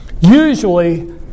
Usually